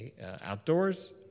Outdoors